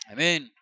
Amen